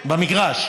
במגרש,